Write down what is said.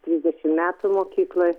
trisdešimt metų mokykloj